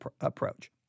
approach